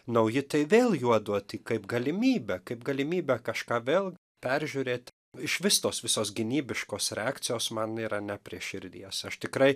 nauji tai vėl juo duoti kaip galimybė kaip galimybė kažką vėl peržiūrėt išvis tos visos gynybiškos reakcijos man yra ne prie širdies aš tikrai